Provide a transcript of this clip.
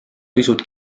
pisut